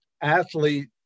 athlete